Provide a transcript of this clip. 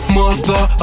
mother